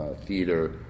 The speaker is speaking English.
theater